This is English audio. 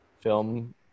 film